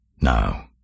Now